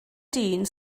dyn